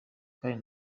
kandi